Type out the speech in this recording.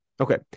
Okay